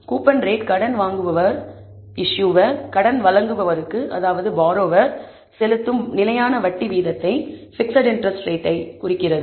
coupon rate கடன் வாங்குபவர்இஸ்ஸுயர் issuer கடன் வழங்குபவருக்கு பாரோவெர் borrower செலுத்தும் நிலையான வட்டி வீதத்தைக் fixed interest rate fixed interest rate குறிக்கிறது